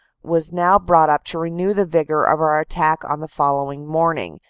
was now brought up to renew the vigor of our attack on the following morning,